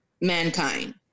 mankind